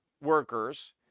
workers